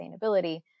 sustainability